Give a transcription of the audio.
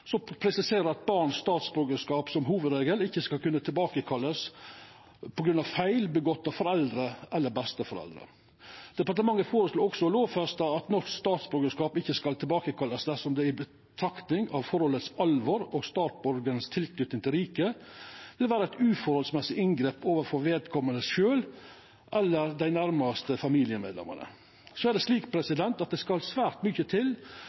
som presiserer at barns statsborgarskap som hovudregel ikkje skal kunna tilbakekallast på grunn av feil gjorde av foreldre eller besteforeldre. Departementet føreslår også å lovfesta at norsk statsborgarskap ikkje skal tilbakekallast dersom det i betraktning av forholdets alvor og statsborgarens tilknyting til riket vil vera eit uforholdsmessig inngrep overfor vedkomande sjølv eller dei nærmaste familiemedlemene. Så er det slik at det skal svært mykje til